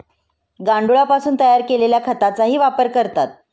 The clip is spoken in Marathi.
गांडुळापासून तयार केलेल्या खताचाही वापर करतात